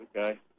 Okay